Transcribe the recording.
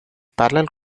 parallel